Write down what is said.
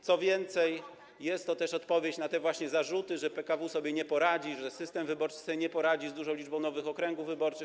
Co więcej, jest to też odpowiedź na te właśnie zarzuty, że PKW sobie nie poradzi, że system wyborczy sobie nie poradzi z dużą liczbą nowych okręgów wyborczych.